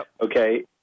okay